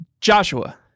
Joshua